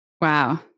Wow